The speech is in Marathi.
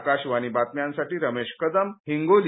आकाशवाणी बातम्यांसाठी रमेश कदम हिंगोली